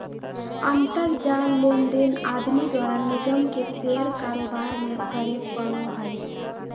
अंतर जाल लेनदेन आदमी द्वारा निगम के शेयर कारोबार में करे पड़ो हइ